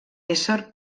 ésser